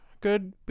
good